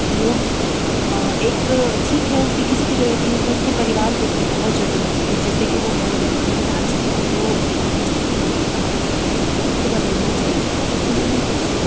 लोग अ एक ठीक है उसको किसी की ज़रूरत नहीं लेकिन उसके परिवार को उसकी बहुत ज़रूरत थी जिससे कि वह मर गया बिना इलाज के तो वह होना चाहिए मेरे हिसाब से उसको बदलना चाहिए उसमें भी कुछ